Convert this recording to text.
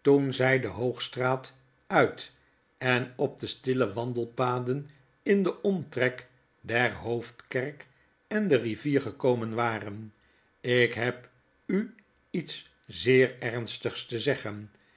toen zij de hoogstraat uit en op de stille wandelpaden in den omtrek der hoofdkerk en de rivier gekomen waren ik heb u iets zeer ernstigs te zeggen